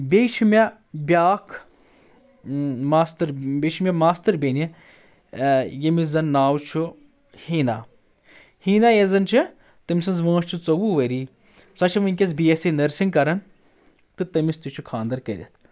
بیٚیہِ چھِ مےٚ بیاکھ ماستٕر بیٚیہِ چھِ مےٚ ماستٕر بیٚنہِ ییٚمِس زَن ناو چھُ ہیٖنا ہیٖنا یسُ زَن چھِ تٔمۍ سٕنٛز وٲنٛس چھِ ژوٚوُہ ؤری سۄ چھےٚ وٕنٛکیٚس بی ایس سی نٔرسِنٛگ کران تہٕ تٔمِس تہِ چھُ خانٛدر کٔرِتھ